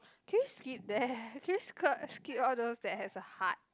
can you skip that can you sk~ skip all those that has a hard